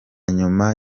nyuma